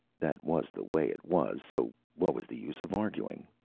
that was the way it was, so what was the use of arguing?